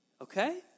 okay